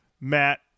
Matt